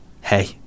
hey